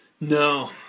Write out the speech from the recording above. No